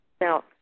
Now